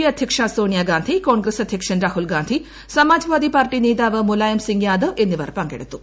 A അധ്യക്ഷ സോണിയാഗാന്ധി കോൺഗ്രസ് അധ്യക്ഷൻ Rahul Gandhi Samajwadi party നേതാവ് മുലായം സിംങ് യാദവ് എന്നിവർ പങ്കെടുത്തു